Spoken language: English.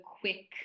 quick